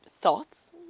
thoughts